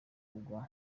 kugwa